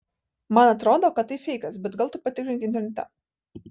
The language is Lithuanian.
man atrodo kad tai feikas bet gal tu patikrink internete